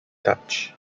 dutch